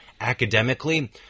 academically